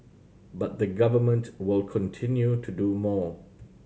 but the Government will continue to do more